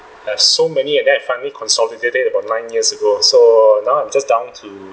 I've so many and then I finally consolidated about nine years ago so now I'm just down to